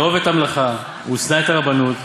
אהוב את המלאכה, ושנא את הרבנות,